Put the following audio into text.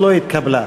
התקבלה.